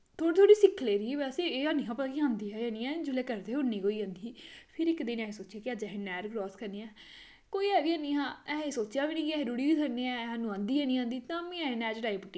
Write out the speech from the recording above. थोह्ड़ी थोह्ड़ी सिक्खी लेदी ही वैसे पर एह् आंदी निं ऐ जिसलै करदे हे उन्नी गै होई जंदी ही फिर इक दिन असें सोचेआ कि अज्ज असें नैह्र क्रास करनी ऐ कोई है बी निं ही असें सोचेआ गै निं कि अस रुढ़ी बी सकने आं सानू आंदी नेईं आंदी असें ता बी नैह्र च डाई पुट्टी